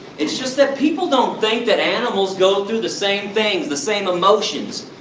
it's just that people don't think that animals go through the same things, the same emotions,